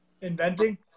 Inventing